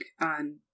on